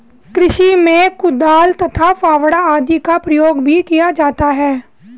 कृषि में कुदाल तथा फावड़ा आदि का प्रयोग भी किया जाता है